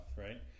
right